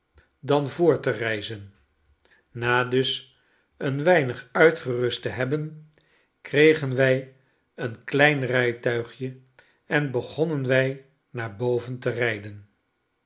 dan voort te reizen na dus een weinig uitgerust te hebben kregen wij een klein rijtuigje en begonnen wij naar boven te rijden